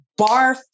barf